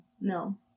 No